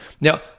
Now